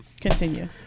Continue